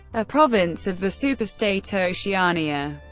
a province of the superstate oceania.